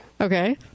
Okay